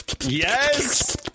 Yes